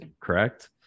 correct